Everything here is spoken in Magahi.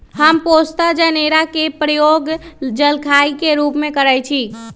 हम पोस्ता जनेरा के प्रयोग जलखइ के रूप में करइछि